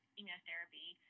immunotherapy